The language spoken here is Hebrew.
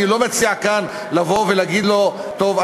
אני לא מציע כאן לבוא ולהגיד לו: טוב,